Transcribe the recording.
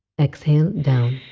exhale,